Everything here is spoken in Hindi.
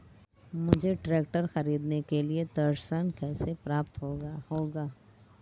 मुझे ट्रैक्टर खरीदने के लिए ऋण कैसे प्राप्त होगा?